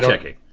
checking.